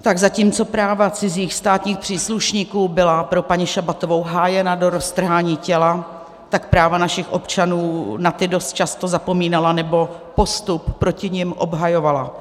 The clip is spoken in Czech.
Tak zatímco práva cizích státních příslušníků byla pro paní Šabatovou hájena do roztrhání těla, tak na práva našich občanů dost často zapomínala nebo postup proti nim obhajovala.